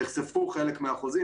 נחשפו חלק מהחוזים,